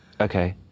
Okay